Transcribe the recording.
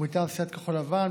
ומטעם סיעת כחול לבן,